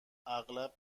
اغلب